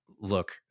Look